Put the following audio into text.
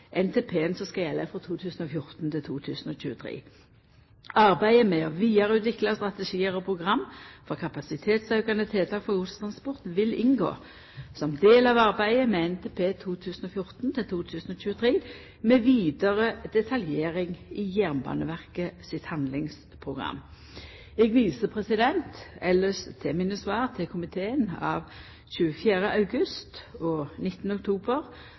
Arbeidet med å vidareutvikla strategiar og program for kapasitetsaukande tiltak for godstransport vil inngå som del av arbeidet med NTP 2014–2023, med vidare detaljering i Jernbaneverket sitt handlingsprogram. Eg viser elles til mine svar til komiteen av 24. august og 19. oktober